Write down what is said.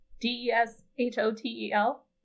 D-E-S-H-O-T-E-L